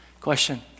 Question